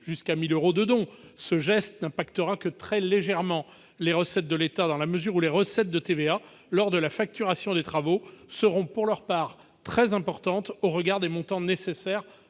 jusqu'à 1 000 euros de dons. Ce geste n'impactera que très légèrement les recettes de l'État, dans la mesure où les recettes de TVA lors de la facturation des travaux seront pour leur part très importantes au regard des montants nécessaires